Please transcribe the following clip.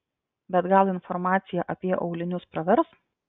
bet gal informacija apie aulinius pravers